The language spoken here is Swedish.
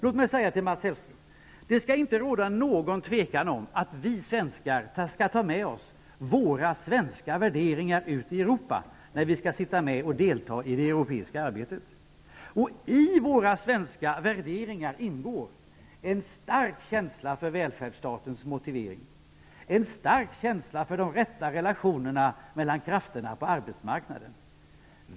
Låt mig säga till Mats Hellström att det inte skall råda något tvivel om att vi svenskar skall ta med oss våra svenska värderingar ut i Europa när vi skall delta i det europeiska arbetet. I våra svenska värderingar ingår en stark känsla för välfärdsstatens motivering och en stark känsla för de rätta relationerna mellan krafterna på arbetsmarknaden.